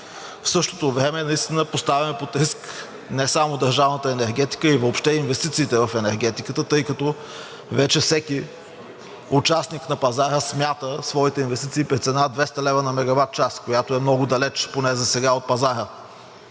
В същото време наистина поставяме под риск не само държавната енергетика, а и въобще инвестициите в енергетиката, тъй като вече всеки участник на пазара смята своите инвестиции при цена 200 лв. на мегаватчас, която е много далеч, поне засега, от пазара.